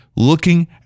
looking